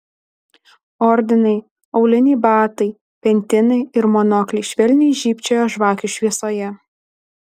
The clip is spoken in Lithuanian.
ordinai auliniai batai pentinai ir monokliai švelniai žybčiojo žvakių šviesoje